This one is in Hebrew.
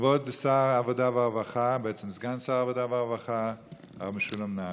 כבוד סגן שר העבודה והרווחה הרב משולם נהרי,